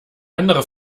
andere